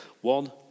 one